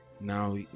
now